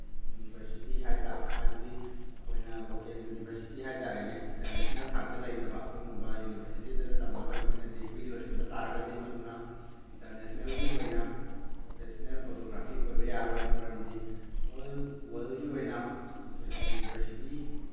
university ꯍꯥꯏꯕꯗꯤ ꯑꯩꯈꯣꯏꯅ local university ꯍꯥꯏ ꯇꯥꯔꯦꯅꯦ ꯏꯟꯇꯔꯅꯦꯁꯅꯦꯜ ꯊꯥꯛꯇ ꯂꯩꯇꯕ ꯑꯗꯨꯒꯨꯝꯕ ꯌꯨꯅꯤꯚꯔꯁꯤꯇꯤꯗꯨꯗ ꯇꯝꯃꯒ ꯑꯩꯈꯣꯏꯅ ꯗꯤꯒ꯭ꯔꯤ ꯂꯣꯏꯁꯤꯟꯕ ꯇꯥꯔꯒꯗꯤ ꯃꯗꯨꯅ ꯏꯟꯇꯔꯅꯦꯁꯅꯦꯜꯒꯤ ꯑꯣꯏꯅ ꯄ꯭ꯔꯣꯐꯦꯁꯅꯦꯜ ꯐꯣꯇꯣꯒ꯭ꯔꯥꯐꯤ ꯑꯣꯏꯕ ꯌꯥꯔꯣꯏ ꯃꯔꯝꯗꯤ ꯑꯣꯜ ꯋꯥꯔꯜꯒꯤ ꯑꯣꯏꯅ ꯌꯨꯅꯤꯚꯔꯁꯤꯇꯤ